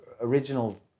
original